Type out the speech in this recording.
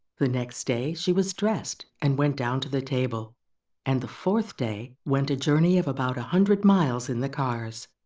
the next day she was dressed, and went down to the table and the fourth day went a journey of about a hundred miles in the cars.